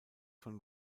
von